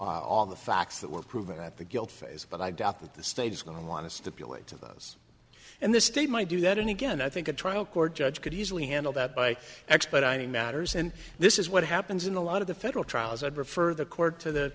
to all the facts that were proven that the guilt phase but i doubt that the state is going to want to stipulate to those and the state might do that and again i think a trial court judge could easily handle that by x but i mean matters and this is what happens in a lot of the federal trials i'd refer the court to the